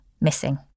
missing